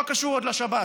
לא קשור עוד לשבת,